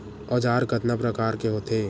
औजार कतना प्रकार के होथे?